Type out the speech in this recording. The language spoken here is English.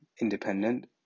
independent